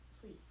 Please